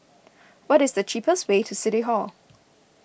what is the cheapest way to City Hall